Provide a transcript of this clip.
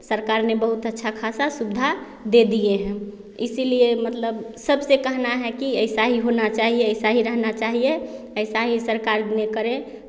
सरकार ने बहुत अच्छा ख़ासा सुविधा दे दिए हैं इसीलिए मतलब सबसे कहना है कि ऐसा ही होना चाहिए ऐसा ही रहना चाहिए ऐसा ही सरकार ने करे